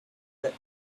the